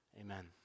amen